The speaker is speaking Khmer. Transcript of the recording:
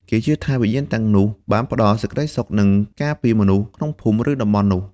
គេជឿថាវិញ្ញាណទាំងនោះបានផ្តល់សេចក្តីសុខនិងការពារមនុស្សក្នុងភូមិឬតំបន់នោះ។